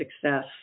success